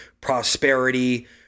prosperity